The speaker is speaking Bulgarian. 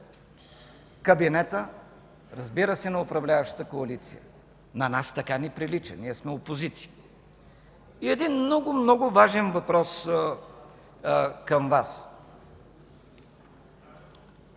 кабинета, разбира се, на управляващата коалиция. На нас така ни прилича – ние сме опозиция. И един много, много важен въпрос към Вас.